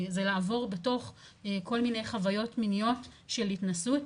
זה לעבור בתוך כל מיני חוויות מיניות של התנסות,